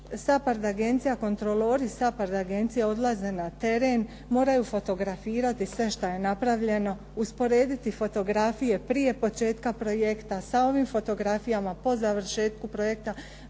SAPHARD agencija, kontrolori SAPHARD agencije odlaze na teren, moraju fotografirati sve šta je napravljeno, usporediti fotografije prije početka projekta, sa ovim fotografijama po završetku projekta.